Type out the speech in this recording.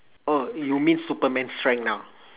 oh you mean superman strength now